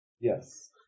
Yes